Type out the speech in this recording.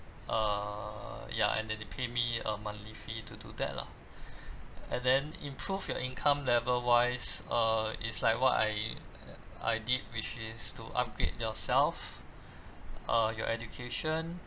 err ya and then they pay me a monthly fee to do that lah and then improve your income level wise uh is like what I I did which is to upgrade yourself uh your education